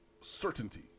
certainty